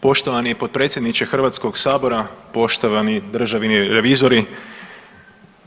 Poštovani potpredsjedniče Hrvatskog sabora, poštovani državni revizori,